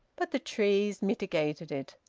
but the trees mitigated it.